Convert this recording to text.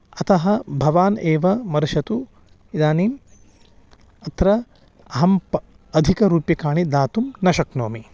अतः भवान् एव मर्षतु इदानीम् अत्र अहं प अधिकरूप्यकाणि दातुं न शक्नोमि